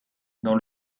dans